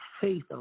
faith